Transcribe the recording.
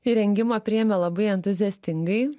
įrengimą priėmė labai entuziastingai